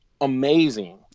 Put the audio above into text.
amazing